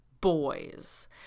boys